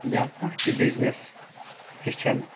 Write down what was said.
یا کانٛہہ تہِ بِزنٮ۪س ہیٚچھان